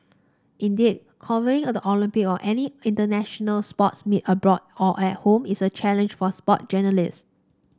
indeed covering the Olympic or any international sports meet abroad or at home is a challenge for sports journalist